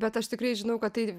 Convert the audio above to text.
bet aš tikrai žinau kad tai